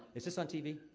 is this on t v?